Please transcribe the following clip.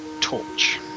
torch